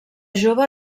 jove